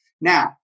Now